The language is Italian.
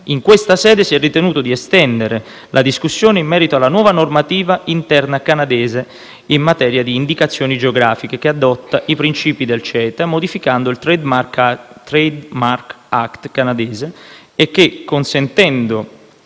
In questa sede si è ritenuto di estendere la discussione in merito alla nuova normativa interna canadese in materia di indicazioni geografiche, che adotta i principi del CETA modificando il Trademark act canadese e che - consentendo